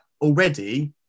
already